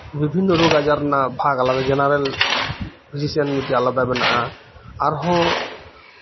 ᱵᱤᱵᱷᱤᱱᱱᱚ ᱨᱳᱜᱽ ᱟᱡᱟᱨ ᱨᱮᱭᱟᱜ ᱵᱷᱟᱜᱽ ᱟᱞᱟᱫᱟ ᱡᱮᱱᱟᱨᱮᱞ ᱯᱷᱤᱡᱤᱥᱤᱭᱟᱱ ᱢᱤᱫ ᱴᱮᱱ ᱟᱞᱟᱫᱟ ᱢᱮᱱᱟᱜᱼᱟ ᱟᱨᱦᱚᱸ